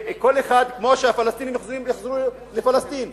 כמו שהפלסטינים יחזרו לפלסטין,